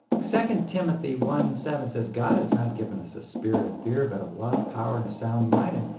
second timothy one seven says, god has not given us a spirit of fear but of love, power and a sound mind. and,